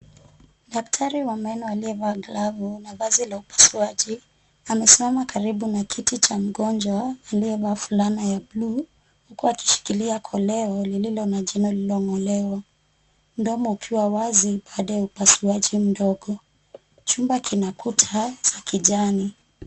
Daktari wa meno aliyevaa glavu na vazi la upasuaji, amesimama karibu na kiti cha mgonjwa aliyevaa fulana ya buluu, huku akishikilia koleo lililo na jino lililong'olewa, mdomo ukiwa wazi baada ya upasuaji mdogo. Chumba kina kuta za kijani.